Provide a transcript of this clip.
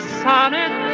sonnet